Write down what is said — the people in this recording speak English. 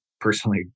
personally